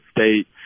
state